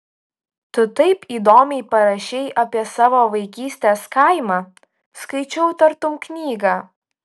tu taip įdomiai parašei apie savo vaikystės kaimą skaičiau tartum knygą